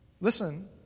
Listen